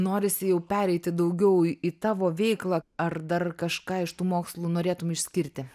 norisi jau pereiti daugiau į tavo veiklą ar dar kažką iš tų mokslų norėtum išskirti